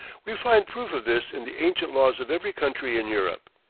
we find proof of this in the ancient laws of every country in europe.